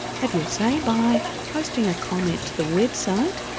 have your say by posting a comment to the website,